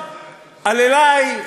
אללי,